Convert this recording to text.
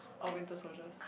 oh Winter-Soldier